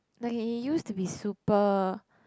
like he used to be super